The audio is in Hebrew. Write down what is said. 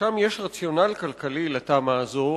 ששם יש רציונל כלכלי לתמ"א הזאת,